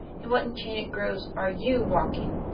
in what enchanted groves are you walking?